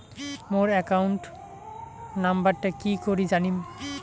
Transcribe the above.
মোর account নাম্বারটা কি করি জানিম?